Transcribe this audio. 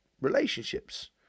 relationships